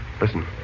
Listen